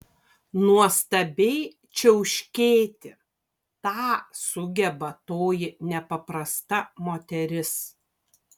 nuostabiai čiauškėti tą sugeba toji nepaprasta moteris